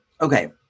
Okay